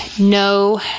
no